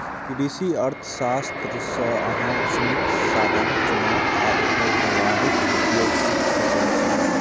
कृषि अर्थशास्त्र सं अहां सीमित साधनक चुनाव आ ओकर व्यावहारिक उपयोग सीख सकै छी